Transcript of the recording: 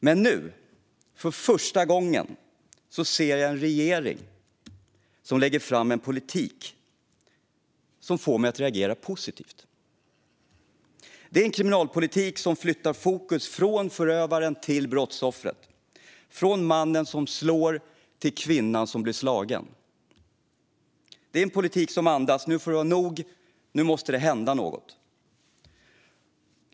Men nu, för första gången, ser jag en regering som lägger fram en politik som får mig att reagera positivt. Det är en kriminalpolitik som flyttar fokus från förövaren till brottsoffret, från mannen som slår till kvinnan som blir slagen. Det är en politik som andas: Nu får det vara nog, nu måste det hända något.